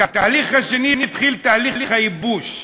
התהליך השני, התחיל תהליך הייבוש.